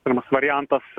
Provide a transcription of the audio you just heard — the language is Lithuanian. pirmas variantas